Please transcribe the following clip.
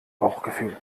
bauchgefühl